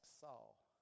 Saul